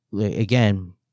again